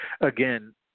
again